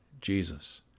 Jesus